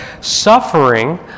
suffering